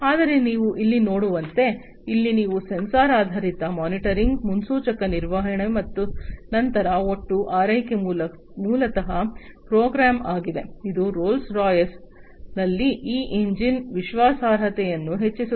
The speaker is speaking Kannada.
ಆದರೆ ನೀವು ಇಲ್ಲಿ ನೋಡುವಂತೆ ಇಲ್ಲಿ ನೀವು ಸೆನ್ಸಾರ್ ಆಧಾರಿತ ಮಾನಿಟರಿಂಗ್ ಮುನ್ಸೂಚಕ ನಿರ್ವಹಣೆ ನಂತರ ಒಟ್ಟು ಆರೈಕೆ ಮೂಲತಃ ಪ್ರೋಗ್ರಾಂ ಆಗಿದೆ ಇದು ರೋಲ್ಸ್ ರಾಯ್ಸ್ನಲ್ಲಿ ಈ ಎಂಜಿನ್ ವಿಶ್ವಾಸಾರ್ಹತೆಯನ್ನು ಹೆಚ್ಚಿಸುತ್ತದೆ